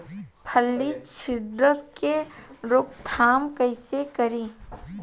फली छिद्रक के रोकथाम कईसे करी?